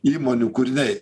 įmonių kūriniai